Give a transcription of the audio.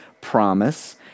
promise